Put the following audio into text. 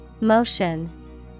Motion